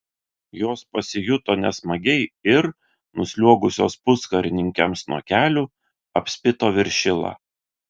jos pasijuto nesmagiai ir nusliuogusios puskarininkiams nuo kelių apspito viršilą